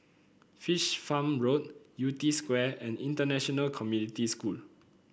Fish Farm Road Yew Tee Square and International Community School